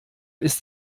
ist